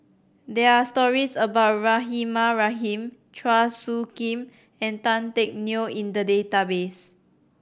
there are stories about Rahimah Rahim Chua Soo Khim and Tan Teck Neo in the database